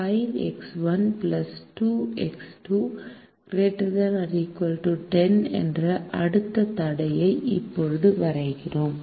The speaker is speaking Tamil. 5X1 2X2 ≥ 10 என்ற அடுத்த தடையை இப்போது வரைகிறோம்